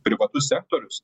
privatus sektorius